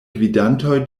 gvidantoj